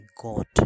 God